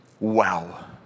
Wow